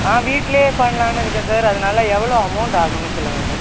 ஆ வீட்டுலேயே பண்லாம்னு இருக்கேன் சார் அதனால எவ்வளோ அமௌண்ட் ஆகும்னு சொல்லுங்கள் சார்